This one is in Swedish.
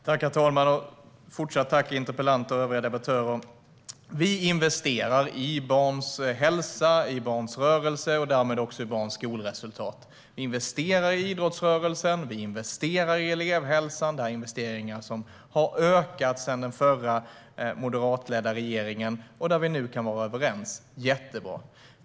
Herr talman! Jag tackar åter interpellanten och övriga debattörer. Vi investerar i barns hälsa och rörelse och därmed i barns skolresultat, vi investerar i idrottsrörelsen och vi investerar i elevhälsan. Dessa investeringar har ökat sedan den förra moderatledda regeringen, och där kan vi nu vara överens - jättebra!